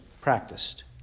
practiced